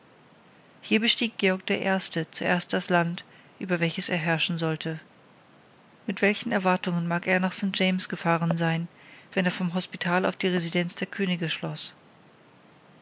hier zum ersten mal englischen boden zuerst das land über welches er herrschen sollte mit welchen erwartungen mag er nach st james gefahren sein wenn er vom hospital auf die residenz der könige schloß